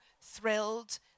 thrilled